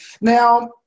now